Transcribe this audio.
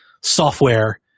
software